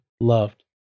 loved